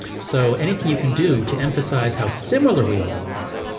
so anything you can do to emphasize how similar we all are,